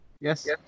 Yes